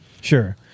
Sure